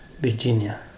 Virginia